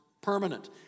permanent